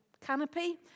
canopy